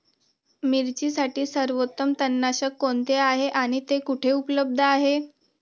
मिरचीसाठी सर्वोत्तम तणनाशक कोणते आहे आणि ते कुठे उपलब्ध आहे?